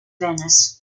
venice